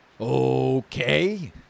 Okay